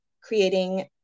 creating